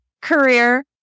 career